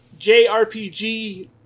JRPG